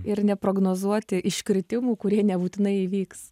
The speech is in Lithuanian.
ir neprognozuoti iškritimų kurie nebūtinai įvyks